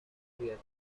atlantic